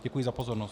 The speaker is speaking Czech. Děkuji za pozornost.